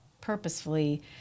purposefully